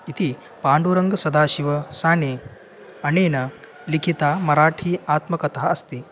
इति पाण्डुरङ्गसदाशिव साने अनेन लिखिता मराठी आत्मकथा अस्ति